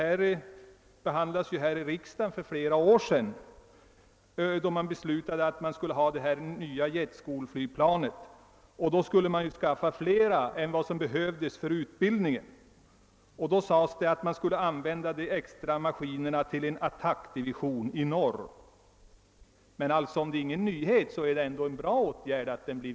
Det behandlades här i riksdagen för flera år sedan, när man beslutade att man skulle ha det nya jet-skolflygplanet. Man skulle ju skaffa flera än vad som behövdes för utbildningen och det sades redan då att man skulle använda de extra maskinerna till en attackdivision i norr. Men om det alltså inte är någon nyhet, så är det ändå en bra åtgärd.